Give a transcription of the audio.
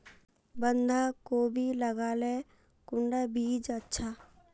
बंधाकोबी लगाले कुंडा बीज अच्छा?